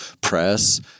press